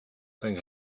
thank